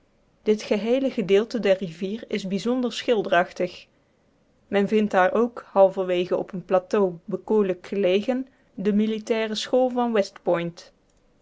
dit geheele gedeelte der rivier is bijzonder schilderachtig men vindt daar ook halverwege op een plateau bekoorlijk gelegen de militaire school van